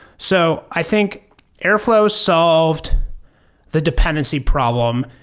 so i think airflow solved the dependency problem.